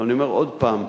אבל אני אומר עוד פעם,